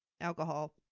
alcohol